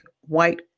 white